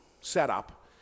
setup